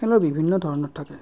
খেলৰ বিভিন্ন ধৰণৰ থাকে